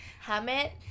Hamid